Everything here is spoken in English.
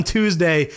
Tuesday